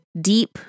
deep